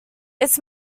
its